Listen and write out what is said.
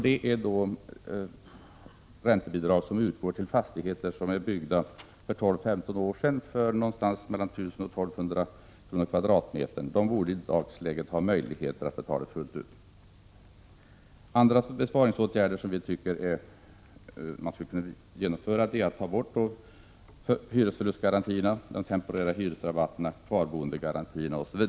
Det gäller räntebidrag som utgår till fastigheter som är byggda för 12-15 år sedan till en kostnad på mellan 1 000 och 1 200 kr. per kvadratmeter. När det gäller dessa borde det i dagsläget finnas möjligheter att betala kostnaderna fullt ut. Andra besparingsåtgärder som skulle kunna genomföras är att slopa hyresförlustgarantierna, de temporära hyresrabatterna, kvarboendegarantierna etc.